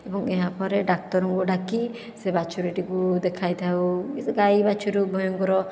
ଏବଂ ଏହାପରେ ଡାକ୍ତରଙ୍କୁ ଡାକି ସେ ବାଛୁରୀଟିକୁ ଦେଖାଇଥାଉ ସେ ଗାଈ ବାଛୁରୀ ଉଭୟଙ୍କର